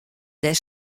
dêr